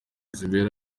zibera